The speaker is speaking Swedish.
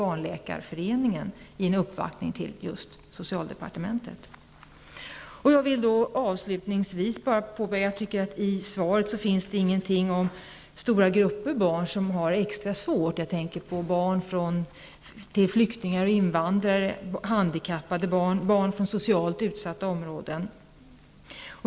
Barnläkarföreningen hävdade exempelvis vid en uppvaktning på just socialdepartementet att dessa skillnader kvarstår och ökar. Jag vill avslutningsvis bara påpeka att det i svaret inte finns någonting om de stora grupper barn som har det extra svårt. Det är barn till flyktingar och invandrare, handikappade barn och barn från socialt utsatta områden.